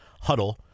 Huddle